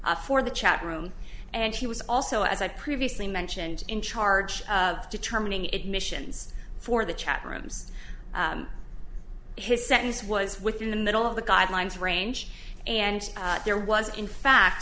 for the chat room and she was also as i previously mentioned in charge of determining it missions for the chat rooms his sentence was within the middle of the guidelines range and there was in fact